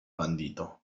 bandito